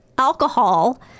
alcohol